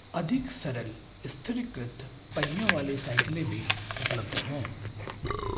अधिक सरल स्थिरीकृत पहियों वाली साइकिलें भी उपलब्ध हैं